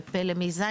ופלא מ-ז',